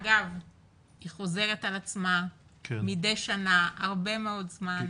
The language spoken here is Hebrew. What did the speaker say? אגב היא חוזרת על עצמה מדי שנה הרבה מאוד זמן.